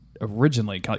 originally